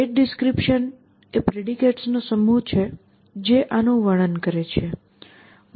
state description એ પ્રેડિકેટ્સનો સમૂહ છે જે આનું વર્ણન કરે છે